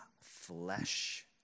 flesh